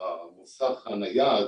המוסך הנייד